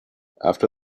after